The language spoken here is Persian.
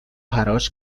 حراج